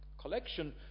collection